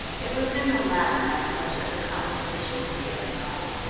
it was in the latter language that the conversation was carried on.